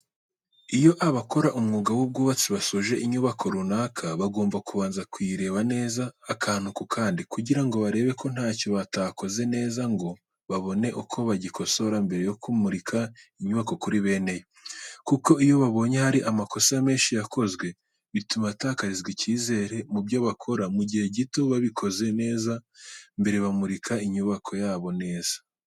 Iyo abakora umwuga w'ubwubatsi basoje inyubako runaka bagomba kubanza kuyireba neza akantu, ku kandi kugira ngo barebe ko ntacyo batakoze neza ngo babone uko bagikosora mbere yo kumurika inyubako kuri bene yo. Kuko iyo babonye hari amakosa menshi yakozwe bituma batakarizwa icyizere mu byo bakora mu gihe gito, babikoze neza mbere bamurika inyubako yabo neza.